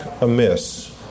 amiss